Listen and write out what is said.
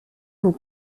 vos